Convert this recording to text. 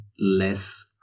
less